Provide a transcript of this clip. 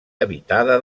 habitada